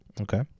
Okay